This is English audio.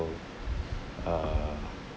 err